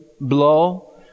blow